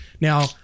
now